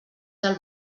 del